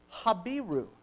Habiru